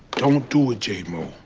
don't do it, j-mo.